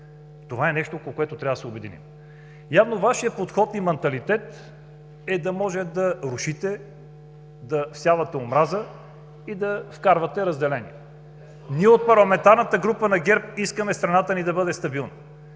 Това е нещо, около което трябва да се обединим. Явно Вашият подход и манталитет е да можете да рушите, да всявате омраза и да вкарвате разделение. Ние, от парламентарната група на ГЕРБ, искаме страната ни да бъде стабилна,